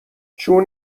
چون